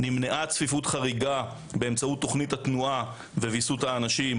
נמנעה צפיפות חריגה באמצעות תוכנית התנועה וויסות האנשים,